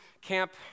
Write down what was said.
camp